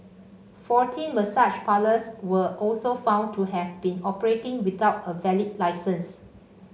fourteen massage parlours were also found to have been operating without a valid licence